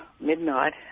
midnight